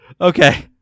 Okay